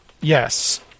Yes